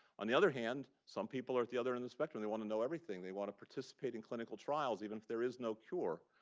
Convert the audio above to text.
on the other hand, some people are at the other end the spectrum. they want to know everything. they want to participate in clinical trials, even if there is no cure.